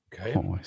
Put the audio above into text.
Okay